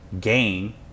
gain